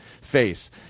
face